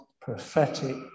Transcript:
prophetic